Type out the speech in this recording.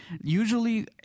usually